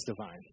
divine